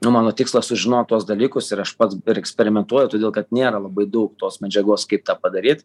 nu mano tikslas sužinot tuos dalykus ir aš pats ir eksperimentuoju todėl kad nėra labai daug tos medžiagos kaip tą padaryt